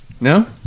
no